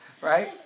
right